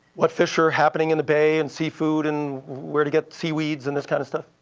what fish are happening in the bay and seafood and where to get seaweeds and this kind of stuff.